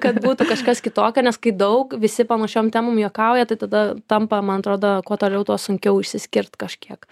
kad būtų kažkas kitokio nes kai daug visi panašiom temom juokauja tada tampa man atrodo kuo toliau tuo sunkiau išsiskirt kažkiek